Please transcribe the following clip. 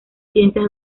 ciencias